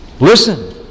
Listen